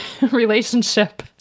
relationship